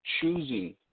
choosing